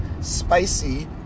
spicy